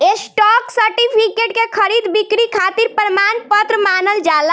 stock certificate के खरीद बिक्री खातिर प्रमाण पत्र मानल जाला